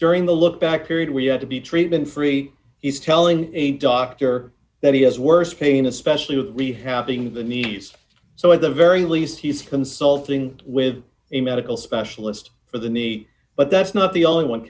during the lookback period we had to be treatment free he's telling a doctor that he has worst pain especially with rehabbing the knees so at the very least he's consulting with a medical specialist for the knee but that's not the only one